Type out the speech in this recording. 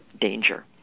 danger